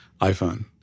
iPhone